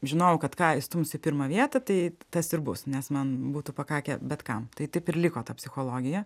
žinojau kad ką įstumsiu į pirmą vietą tai tas ir bus nes man būtų pakakę bet kam tai taip ir liko ta psichologija